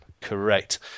Correct